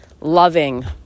loving